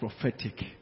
prophetic